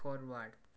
forward